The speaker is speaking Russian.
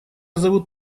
зовут